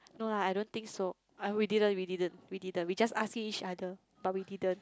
no lah I don't think so I we didn't we didn't we didn't we just ask each other but we didn't